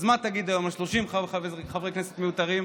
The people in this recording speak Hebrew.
אז מה תגיד היום על 30 חברי כנסת מיותרים?